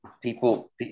People